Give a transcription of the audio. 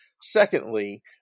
Secondly